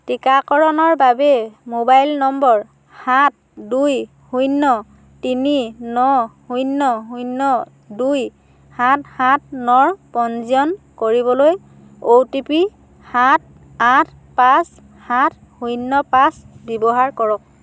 টীকাকৰণৰ বাবে mobile number সাত দুই শূন্য তিনি ন শূন্য শূন্য দুই সাত সাত ন পঞ্জীয়ন কৰিবলৈ অ' টি পি সাত আঠ পাঁচ সাত শূন্য পাঁচ ব্যৱহাৰ কৰক